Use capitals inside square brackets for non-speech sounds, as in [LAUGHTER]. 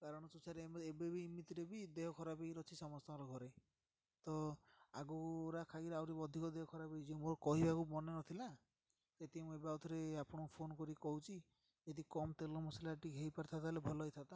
କାରଣ [UNINTELLIGIBLE] ଏବେ ବି ଏମିତିରେ ବି ଦେହ ଖରାପ ହୋଇକିରି ଅଛି ସମସ୍ତଙ୍କର ଘରେ ତ [UNINTELLIGIBLE] ଖାଇକିରି ଆହୁରି ଅଧିକ ଦେହ ଖରାପ ହୋଇଯିବ ମୋର କହିବାକୁ ମନେନଥିଲା ଏତିକି ମୁଁ ଏବେ ଆଉଥରେ ଆପଣଙ୍କୁ ଫୋନ୍ କରିକି କହୁଛି ଯଦି କମ୍ ତେଲ ମସଲା ଟିକେ ହୋଇପାରିଥାନ୍ତା ତାହେଲେ ଭଲ ହୋଇଥାନ୍ତା